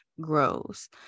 grows